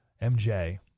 M-J